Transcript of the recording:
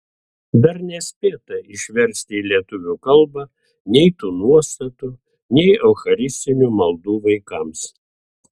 dar nespėta išversti į lietuvių kalbą nei tų nuostatų nei eucharistinių maldų vaikams